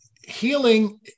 Healing